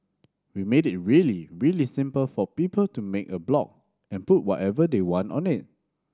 we made it really really simple for people to make a blog and put whatever they want on it